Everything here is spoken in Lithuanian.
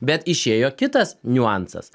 bet išėjo kitas niuansas